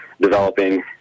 developing